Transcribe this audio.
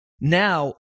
Now